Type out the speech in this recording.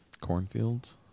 cornfields